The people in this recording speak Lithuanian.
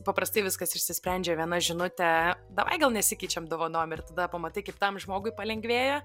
paprastai viskas išsisprendžia viena žinute davai gal nesikeičiam dovanom ir tada pamatai kaip tam žmogui palengvėja